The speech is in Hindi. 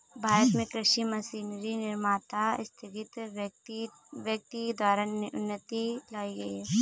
भारत में कृषि मशीनरी निर्माता स्थगित व्यक्ति द्वारा उन्नति लाई गई है